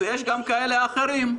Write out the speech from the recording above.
ויש גם כאלה אחרים,